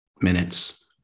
minutes